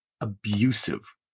abusive